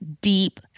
deep